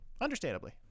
Understandably